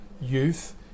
youth